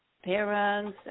parents